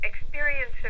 experience